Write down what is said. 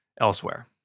elsewhere